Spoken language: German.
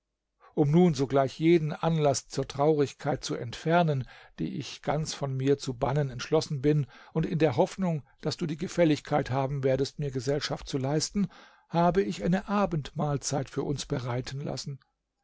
um nun sogleich jeden anlaß zur traurigkeit zu entfernen die ich ganz von mir zu bannen entschlossen bin und in der hoffnung daß du die gefälligkeit haben werdest mir gesellschaft zu leisten habe ich eine abendmahlzeit für uns bereiten lassen